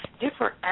different